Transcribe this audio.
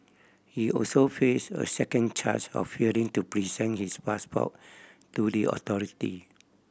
he also face a second charge of failing to present his passport to the authority